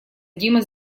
дима